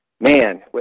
man